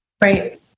Right